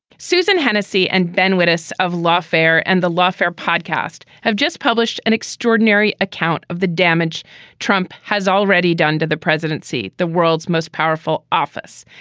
susan hennessy and ben whittis of lawfare and the lawfare podcast have just published an extraordinary account of the damage trump has already done to the presidency. the world's most powerful office.